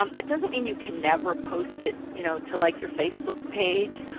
um it doesn't mean you can never post it you know to like your facebook page.